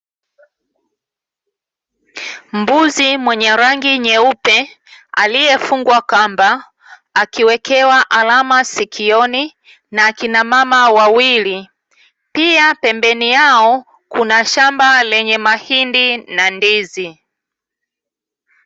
Mbuzi mwenye rangi nyeupe, aliyefungwa kamba, akiwekewa alama sikioni na akina mama wawili, pia pembeni yao kuna shamba lenye mahindi na ndizi.